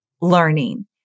learning